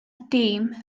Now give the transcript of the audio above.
dîm